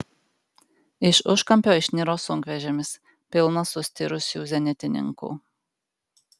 iš užkampio išniro sunkvežimis pilnas sustirusių zenitininkų